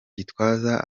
gitwaza